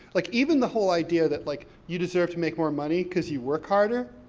like even the whole idea that, like, you deserve to make more money, because you work harder?